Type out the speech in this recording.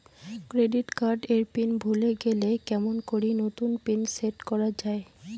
Credit card এর pin ভুলে গেলে কেমন করি নতুন পিন সেট করা য়ায়?